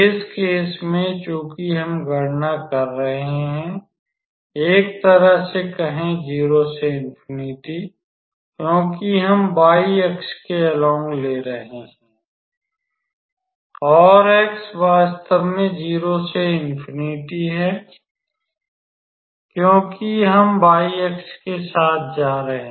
इस केस में चूंकि हम गणना कर रहे हैं एक तरह से कहें 0 से ∞ क्योंकि हम y अक्ष के अलोंग ले रहे है और x वास्तव में 0 से ∞ है क्योंकि हम y अक्ष के साथ जा रहे हैं